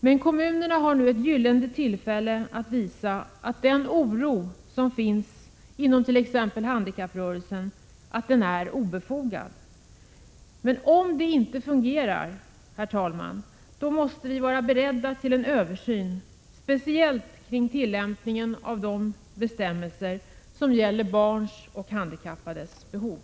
Men kommunerna har nu ett gyllene tillfälle att visa att den oro som finns inom t.ex handikapprörelsen är obefogad. Om det inte fungerar, herr talman, måste vi vara beredda till en översyn, speciellt kring tillämpningen av de bestämmelser som gäller barns och handikappades behov.